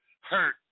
Hurt